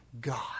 God